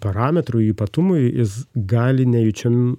parametrų ypatumai jis gali nejučiom